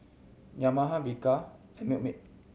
Yamaha Bika and Milkmaid